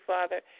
Father